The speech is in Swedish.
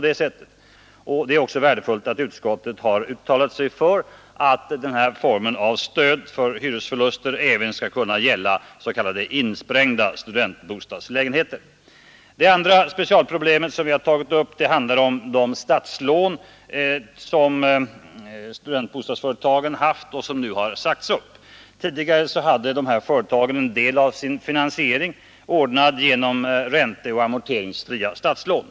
Det är också värdefullt att utskottet har uttalat sig för att denna form av stöd för hyresförluster även skall gälla s.k. insprängda studentbostadslägen Det andra specialproblem som vi tagit upp handlar om de statslån som studentbostadsföretagen haft och som nu har sagts upp. Tidigare hade dessa företag en del av sin finansiering ordnad genom ränteoch amorteringsfria statslån.